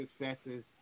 successes